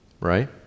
Right